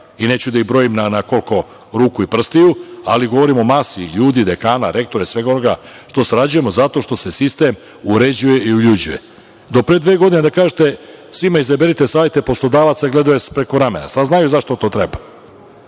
i neću da ih brojim na koliko ruku i prstiju, ali govorim o masi ljudi, dekana, rektora i svega onoga sa kojima sarađujemo, zato što se sistem uređuje i uljuđuje. Do pre dve godine, da kažete, svima izaberite savete poslodavaca, a oni vas gledaju preko ramena, sad znaju zašto to treba. Znači,